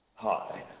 Hi